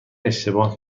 اشتباه